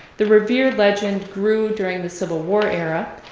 the revere legend grew during the civil war era,